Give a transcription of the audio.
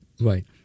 right